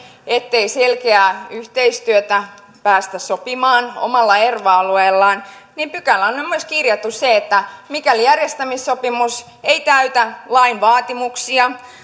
ettei selkeää yhteistyötä päästä sopimaan omalla erva alueella niin pykälään on on myös kirjattu se että mikäli järjestämissopimus ei täytä lain vaatimuksia